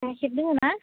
गाइखेर दङना